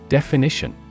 Definition